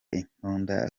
imbunda